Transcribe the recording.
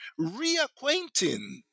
reacquainting